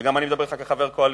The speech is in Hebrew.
וגם אני מדבר אתך כחבר הקואליציה,